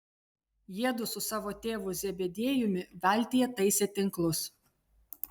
jiedu su savo tėvu zebediejumi valtyje taisė tinklus